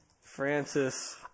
Francis